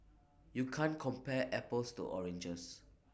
you can't compare apples to oranges